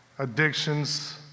addictions